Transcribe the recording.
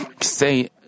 say